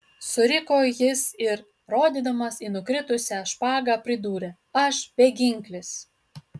suriko jis ir rodydamas į nukritusią špagą pridūrė aš beginklis